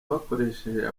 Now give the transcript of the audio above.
bakoresha